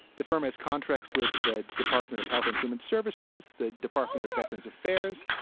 the firm has contracts with the department of health and human services. the department of veterans affairs.